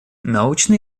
научные